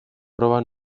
proba